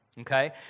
Okay